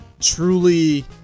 truly